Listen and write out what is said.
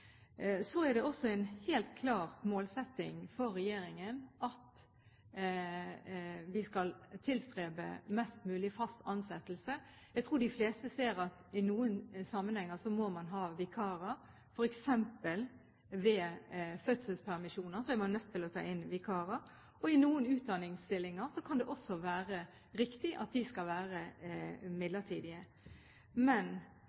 Det er en helt klar målsetting for regjeringen at vi skal tilstrebe mest mulig fast ansettelse. Jeg tror de fleste ser at i noen sammenhenger må man ha vikarer, f.eks. ved fødselspermisjoner. For noen utdanningsstillinger kan det også være riktig at de skal være midlertidige. Det som er veldig alvorlig i denne interpellasjonen, er at det faktisk blir brakt inn det faktum at